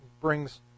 brings